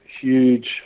huge